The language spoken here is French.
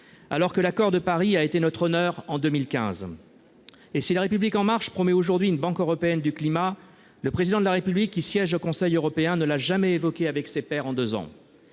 alors que l'accord de Paris a été notre honneur en 2015. Si La République En Marche promet aujourd'hui une banque européenne du climat, le Président de la République, qui siège au Conseil européen, ne l'a jamais évoquée avec ses pairs en deux ans.